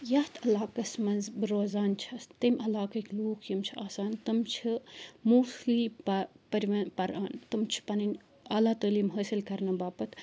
یَتھ علاقَس منٛز بہٕ روزان چھَس تمۍ علاقٕکۍ لوٗکھ یم چھِ آسان تم چھِ موسلی پران پرون پران تم چھِ پنٕنۍ عالا تعلیٖم حٲصل کرنہٕ باپتھ